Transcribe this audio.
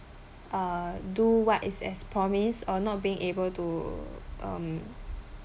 uh do what is as promised or not being able to um